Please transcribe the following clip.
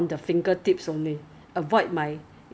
then after that 他就讲说给 non alcohol 的我就 !huh!